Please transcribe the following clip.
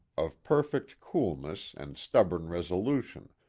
of perfect coolness and stubborn resolution,